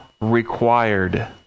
required